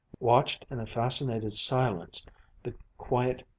watched in a fascinated silence the quiet,